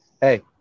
Hey